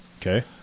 Okay